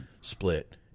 split